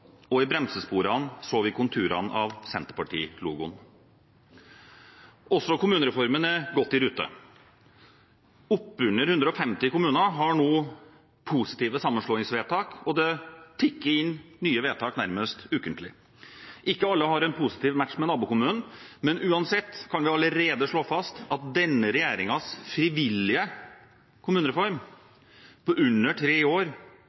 og i bremsesporene så vi konturene av Senterparti-logoen. Også kommunereformen er godt i rute. Oppunder 150 kommuner har nå positive sammenslåingsvedtak, og det tikker inn nye vedtak nærmest ukentlig. Ikke alle har en positiv match med nabokommunen, men uansett kan vi allerede slå fast at denne regjeringens frivillige kommunereform på under tre år